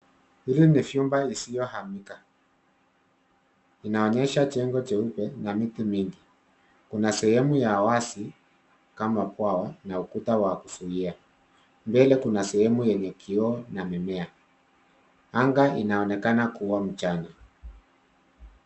Hii ni vyumba isiyohamika. Inaonyesha jengo jeupe na miti mingi. Kuna sehemu ya wazi, kama kwao, na ukuta wa kuzuia. Mbele kuna sehemu yenye kioo na mimea. Anga inaonekana kuwa mchana.